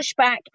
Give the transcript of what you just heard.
pushback